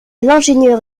l’ingénieur